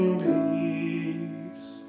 peace